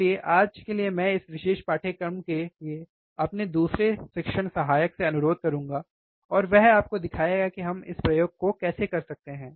इसलिए आज के लिए मैं इस विशेष पाठ्यक्रम के लिए अपने दूसरे शिक्षण सहायक से अनुरोध करुंगा और वह आपको दिखाएगा कि हम इस प्रयोग को कैसे कर सकते हैं